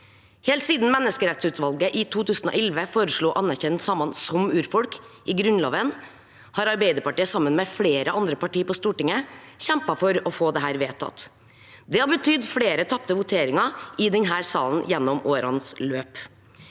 Helt siden menneskerettighetsutvalget i 2011 foreslo å anerkjenne samene som urfolk i Grunnloven, har Arbeiderpartiet sammen med flere andre partier på Stortinget kjempet for å få dette vedtatt. Det har betydd flere tapte voteringer i denne salen i årenes løp.